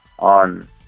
on